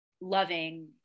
loving